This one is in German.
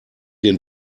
den